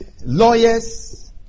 lawyers